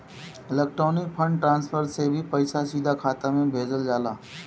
electronic fund transfer से भी पईसा सीधा खाता में भेजल जाला